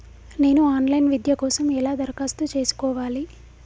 నేను online విద్య కోసం ఎలా దరఖాస్తు చేసుకోవాలి?